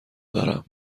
دارم